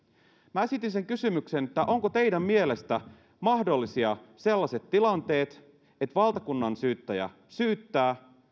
minä esitin sen kysymyksen että ovatko teidän mielestänne mahdollisia sellaiset tilanteet että valtakunnansyyttäjä syyttää